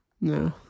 No